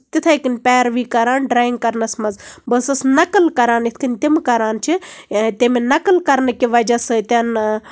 تِتھٕے کٔنۍ پیروی کران ڈریِنگ کرنَس منٛز بہٕ ٲسٕس نکٕل کران یِتھ کٔنۍ تِم کران چھِ تَمہِ نَکٕل کرنہٕ کہِ وجہہ سۭتۍ